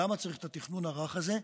למה צריך את התכנון הרך הזה?